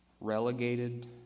relegated